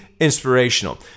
inspirational